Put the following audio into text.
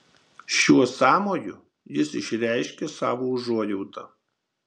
šiuo sąmoju jis išreiškė savo užuojautą